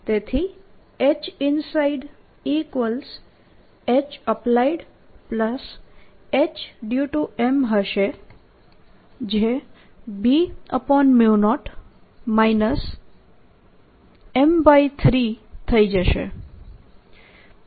તેથીHinsideHappliedHdue to M હશે જે B0 M3 થઈ જશે